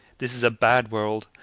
this is a bad world,